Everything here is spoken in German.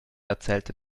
erzählte